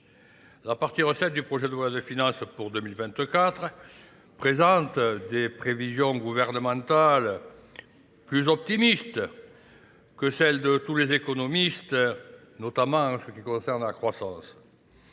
La partie recette du projet de loi des finances pour 2024 présente des prévisions gouvernementales plus optimistes que celles de tous les économistes, notamment en ce qui concerne la croissance.